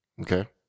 Okay